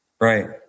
right